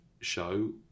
show